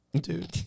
dude